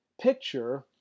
picture